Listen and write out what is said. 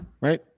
Right